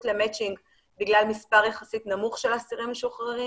למצ'ינג בגלל מספר יחסית נמוך של אסירים משוחררים,